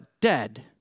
dead